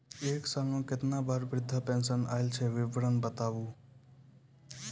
एक साल मे केतना बार वृद्धा पेंशन आयल छै विवरन बताबू?